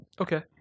Okay